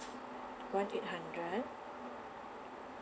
one eight hundred